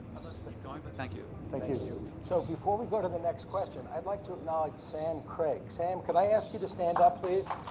i'd like to keep going, but thank you. thank you. thank you. so before we go to the next question, i'd like to acknowledge sam craig. sam, could i ask you to stand up, please?